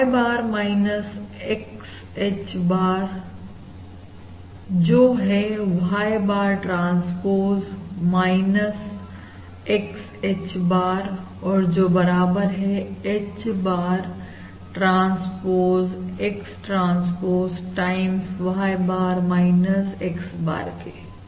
Y bar X H bar क्यों जो है Y bar transpose X H bar और जो बराबर है H barट्रांसपोज X transpose time Y bar X bar के